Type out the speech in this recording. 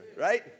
right